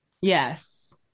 Yes